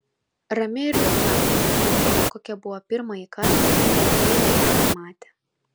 rami ir liūdna tokia kokia buvo pirmąjį kartą kai heile ją pamatė